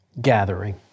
gathering